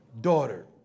daughter